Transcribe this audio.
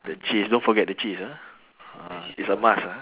the cheese don't forget the cheese ah ah is a must ah